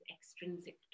extrinsic